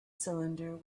cylinder